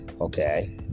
Okay